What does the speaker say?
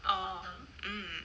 orh hmm